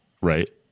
right